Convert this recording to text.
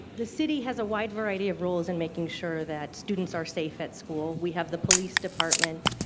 the city has a wide variety of roles in making sure that students are safe at school. we have the police department,